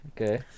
Okay